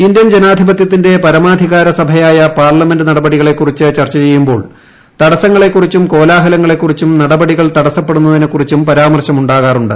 Indian ജനാധിപത്യത്തിന്റെ പ്ടർമാധികാര സഭയായ പാർലമെന്റ നടപടികളെക്കുറിച്ച് ചർച്ച് ക്ചയ്യുമ്പോൾ അവിടത്തെ തടസ്സങ്ങളെക്കുറിച്ചും ക്ട്രോല്ലാഹലങ്ങളെ കുറിച്ചും നടപടികൾ തടസ്സപ്പെടുന്നതിനെ കുറിച്ചും പരാമർശമുണ്ടാകാറുണ്ട്